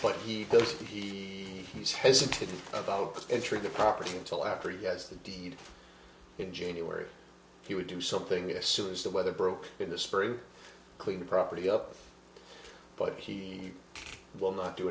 but he goes to the he's hesitant about entering the property until after he gets the deed in january he would do something as soon as the weather broke in the spring clean the property up but he will not do